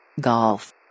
Golf